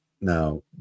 now